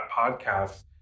podcast